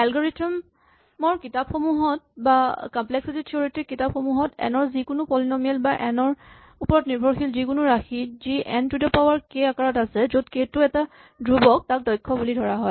algorithm ৰ কিতাপসমূহত বা কম্লেক্সিটী থিয়ৰেটিক কিতাপ সমূহত এন ৰ যিকোনো পলিনমিয়েল বা এন ৰ ওপৰত নিৰ্ভৰশীল যিকোনো ৰাশি যি n to the power k আকাৰত আছে য'ত কে টো এটা ধ্ৰুৱক তাক দক্ষ বুলি ধৰা হয়